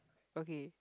okay